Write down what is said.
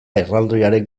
erraldoiaren